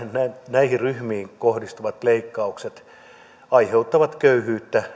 näihin ryhmiin kohdistuvat leikkaukset aiheuttavat köyhyyttä